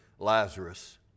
Lazarus